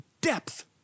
depth